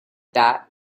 that